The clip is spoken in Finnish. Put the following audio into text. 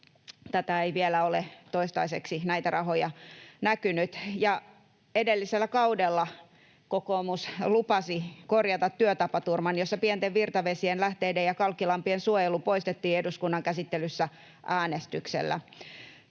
ei vielä ole toistaiseksi näkynyt. Ja edellisellä kaudella kokoomus lupasi korjata työtapaturman, jossa pienten virtavesien, lähteiden ja kalkkilampien suojelu poistettiin eduskunnan käsittelyssä äänestyksellä.